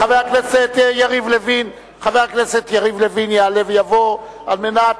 חבר הכנסת יריב לוין יעלה ויבוא על מנת